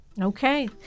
Okay